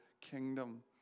kingdom